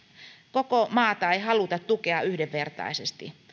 koko maata ei haluta tukea yhdenvertaisesti